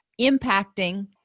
impacting